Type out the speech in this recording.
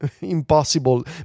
impossible